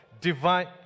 divine